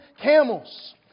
camels